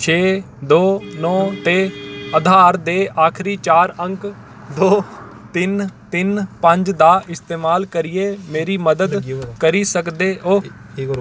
छेऽ दो नौ ते आधार दे आखरी चार अंक दो तिन्न तिन्न पंज दा इस्तेमाल करियै मेरी मदद करी सकदे ओ